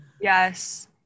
Yes